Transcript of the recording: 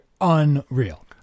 unreal